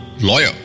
lawyer